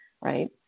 right